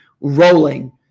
rolling